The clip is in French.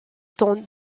temps